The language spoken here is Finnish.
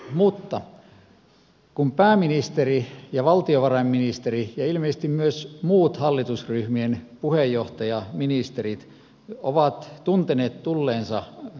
ja kun pääministeri ja valtiovarainministeri ja ilmeisesti myös muut hallitusryhmien puheenjohtajaministerit ovat tunteneet tulleensa a